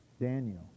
Daniel